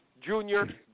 Junior